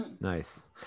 Nice